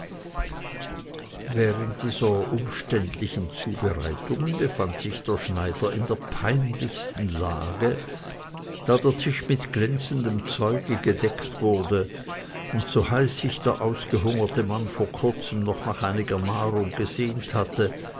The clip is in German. während dieser umständlichen zubereitungen befand sich der schneider in der peinlichsten angst da der tisch mit glänzendem zeuge gedeckt wurde und so heiß sich der ausgehungerte mann vor kurzem noch nach einiger nahrung gesehnt hatte